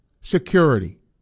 security